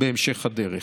בהמשך הדרך.